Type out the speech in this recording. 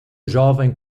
jovem